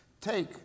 Take